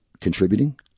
contributing